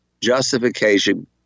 justification